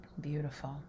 Beautiful